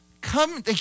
come